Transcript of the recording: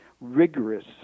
rigorous